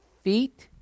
feet